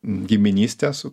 giminystė su